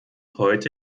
heute